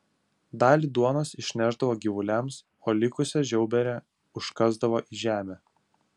dalį duonos išnešdavo gyvuliams o likusią žiauberę užkasdavo į žemę